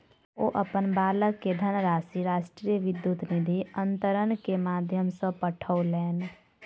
ओ अपन बालक के धनराशि राष्ट्रीय विद्युत निधि अन्तरण के माध्यम सॅ पठौलैन